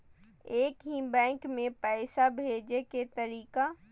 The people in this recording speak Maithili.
एक ही बैंक मे पैसा भेजे के तरीका?